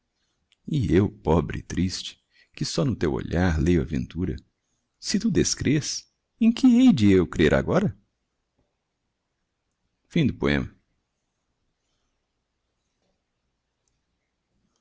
e eu pobre e triste que só no teu olhar leio a ventura se tu descrês em que hei de eu crer agora